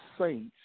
saints